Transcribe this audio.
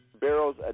barrels